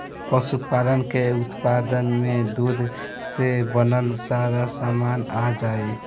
पशुपालन के उत्पाद में दूध से बनल सारा सामान आ जाई